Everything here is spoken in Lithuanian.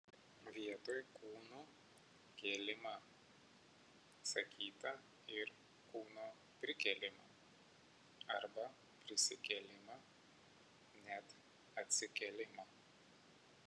vietoj kūnų kėlimą sakyta ir kūno prikėlimą arba prisikėlimą net atsikėlimą